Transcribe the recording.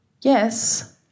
yes